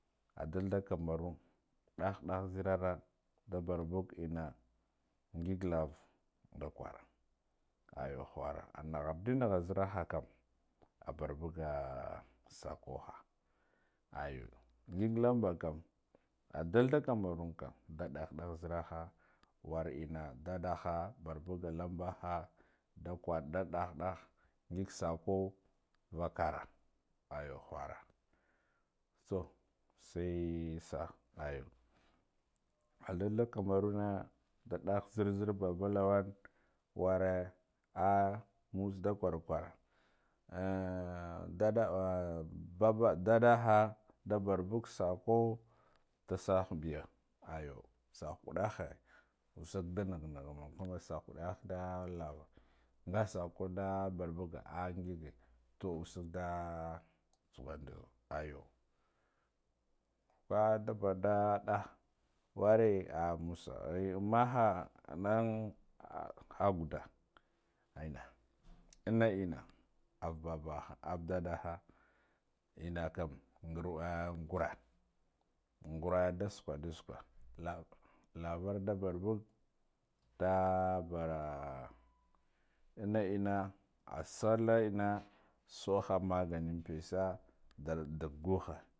Adalda kameroon daha daha zeram nda barbaga enna ngig lava nda kwara, ayi khora ana ghar di nagha zerahakam ah barbuga sakko ha, ayu ngig lambakam adalda kamaroon kam da daha daha zeraha wor enna daddaha barbuga lambaha da kwor da daha daha ngig sakko nvakara ayu khura, to sai sahu ayu adalda kamaroona da daha daha zer zer baba lawan worre ah musa da kwar kwar dada babbo dadaha nda barbuga sakko nda saha biya aga sakko waddahe usak da nagha nagha mana sak wadahe nda lava nga sakko nda barbuga, bah ngige to usuf de tsukhinda ayu baa nda badon nda ah warre ah musa ammucha an ha gadda enna anna enna ava babaha ava daddaha enna kara ngaru ah ngurra ngara nda sukhanda sukwa lab labar da barbug nda bora an na enna asala enna saha magane pissa